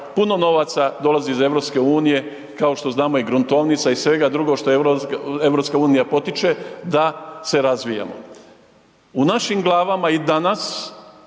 puno novaca dolazi iz EU, kao što znamo i gruntovnica i svega drugo što EU potiče da se razvijamo. U našim glavama i danas,